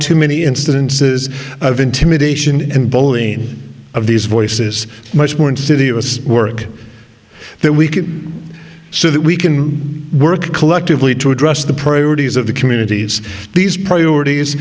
too many instances of intimidation and bullying of these voices much more insidious work that we can so that we can work collectively to address the priorities of the communities these priorities